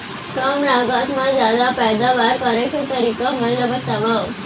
कम लागत मा जादा पैदावार करे के तरीका मन ला बतावव?